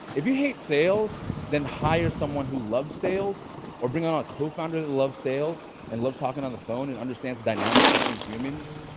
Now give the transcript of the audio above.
if you hate sales, then hire someone who loves sales or bring on a co-founder that love sales and loves talking on the phone and understands the dynamics between humans,